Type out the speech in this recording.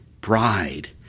bride